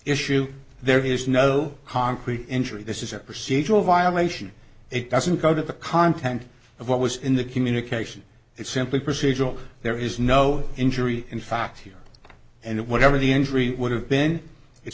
issue there is no concrete injury this is a procedural violation it doesn't go to the content of what was in the communication it's simply procedural there is no injury in fact here and whatever the injury would have been it's